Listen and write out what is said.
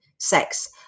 sex